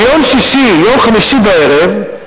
ביום חמישי בערב,